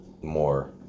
More